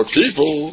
people